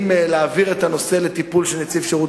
אם להעביר את הנושא לטיפול של נציב שירות